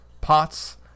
Pots